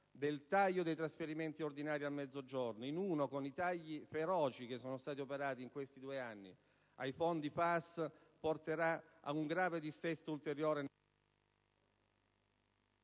del taglio dei trasferimenti ordinari al Mezzogiorno con i tagli feroci che sono stati operati in questi due anni ai fondi FAS porterà ad un grave dissesto...*(il